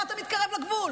מה אתה מתקרב לגבול?